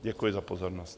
Děkuji za pozornost.